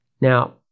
Now